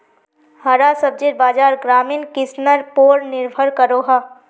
हरा सब्जिर बाज़ार ग्रामीण किसनर पोर निर्भर करोह